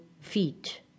feet